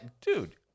dude